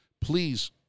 please